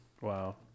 Wow